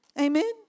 Amen